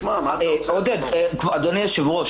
תשמע מה אתה עושה סיפור.